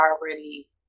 already